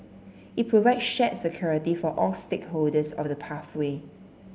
it provide shared security for all stakeholders of the pathway